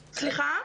סליחה?